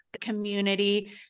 community